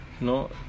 No